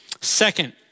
Second